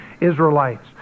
Israelites